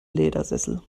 ledersessel